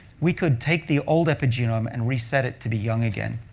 we could take the old epigenome and reset it to be young again.